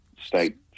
state